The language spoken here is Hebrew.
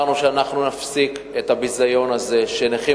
אמרנו שאנחנו נפסיק את הביזיון הזה שנכים